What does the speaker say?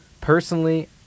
personally